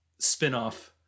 spinoff